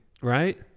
Right